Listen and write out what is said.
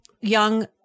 young –